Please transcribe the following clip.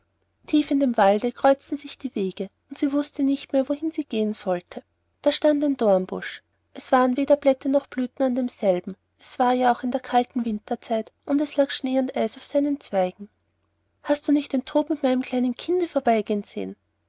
tief in dem walde kreuzten sich die wege und sie wußte nicht mehr wohin sie gehen sollte da stand ein dornbusch es waren weder blätter noch blumen an demselben es war ja auch in der kalten winterzeit und es lag schnee und eis auf seinen zweigen hast du nicht den tod mit meinem kleinen kinde vorbeigehen sehen